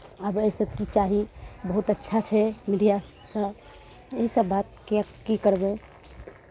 आब एहिसँ की चाही बहुत अच्छा छै मीडियासभ इसभ बातके की करबै